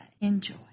Enjoy